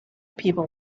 people